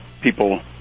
people